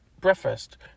breakfast